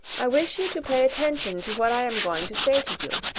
i wish you to pay attention to what i am going to say to you.